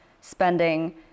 spending